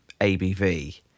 ABV